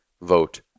vote